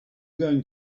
going